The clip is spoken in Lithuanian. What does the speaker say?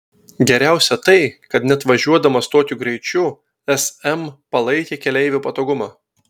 geriausia tai kad net važiuodamas tokiu greičiu sm palaikė keleivių patogumą